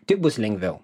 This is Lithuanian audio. tik bus lengviau